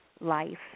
life